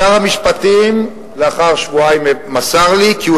שר המשפטים לאחר שבועיים מסר לי כי הוא